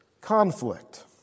conflict